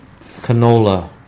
Canola